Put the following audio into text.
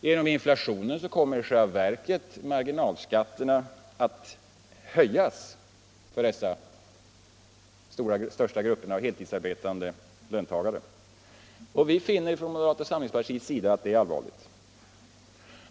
Genom inflationen kommer i stället marginalskatterna att höjas för de största grupperna av heltidsarbetande löntagare. Vi finner från moderata samlingspartiets sida att det är allvarligt.